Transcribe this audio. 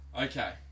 Okay